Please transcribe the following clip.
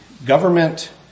Government